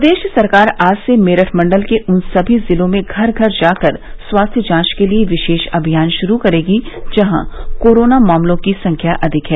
प्रदेश सरकार आज से मेरठ मंडल के उन सभी जिलों में घर घर जाकर स्वास्थ्य जांच के लिए विशेष अभियान शुरू करेगी जहां कोरोना मामलों की संख्या अधिक है